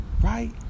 Right